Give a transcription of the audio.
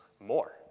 more